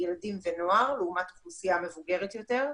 ילדים ונוער לעומת אוכלוסייה מבוגרת יותר,